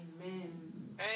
Amen